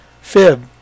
fib